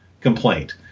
complaint